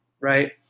right